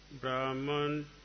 Brahman